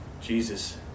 Jesus